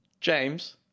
James